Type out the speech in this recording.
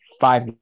five